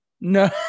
No